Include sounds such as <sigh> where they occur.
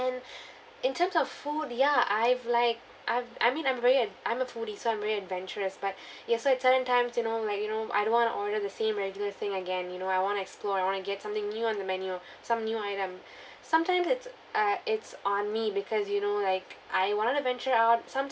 and <breath> in terms of food ya I've like I've I mean I'm very ad~ I'm a foodie so I'm very adventurous but <breath> ya so at certain times you know like you know I don't want to order the same regular thing again you know I want to explore I want to get something new on the menu some new item sometimes it's uh it's on me because you know like I want to venture out sometimes